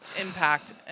impact